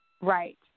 Right